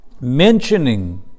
mentioning